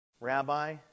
Rabbi